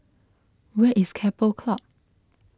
where is Keppel Club